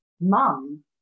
Mum